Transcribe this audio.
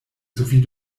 sowie